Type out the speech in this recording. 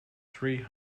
three